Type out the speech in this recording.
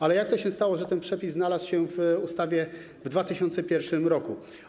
Ale jak to się stało, że ten przepis znalazł się w ustawie w 2001 r.